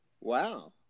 Wow